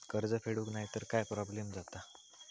कर्ज फेडूक नाय तर काय प्रोब्लेम जाता?